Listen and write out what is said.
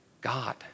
God